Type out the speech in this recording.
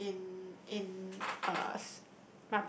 in in in uh